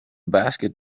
basket